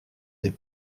des